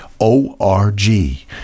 O-R-G